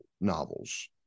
novels